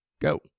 go